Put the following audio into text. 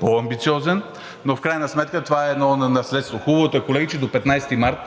по-амбициозен, но в крайна сметка това е едно наследство. Хубавото е, колеги, че до 15 март